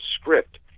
script